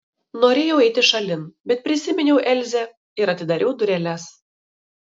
norėjau eiti šalin bet prisiminiau elzę ir atidariau dureles